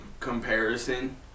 comparison